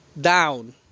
down